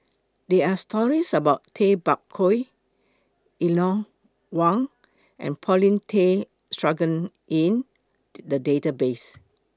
There Are stories about Tay Bak Koi Eleanor Wong and Paulin Tay Straughan in The Database